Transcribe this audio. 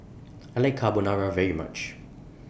I like Carbonara very much